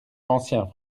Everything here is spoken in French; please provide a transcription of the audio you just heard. anciens